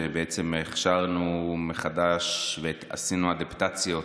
שהכשרנו מחדש ועשינו אדפטציות.